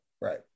right